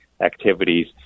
activities